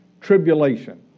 Tribulation